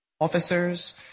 Officers